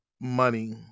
money